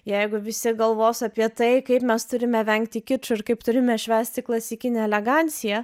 jeigu visi galvos apie tai kaip mes turime vengti kičo ir kaip turime švęsti klasikinė elegancija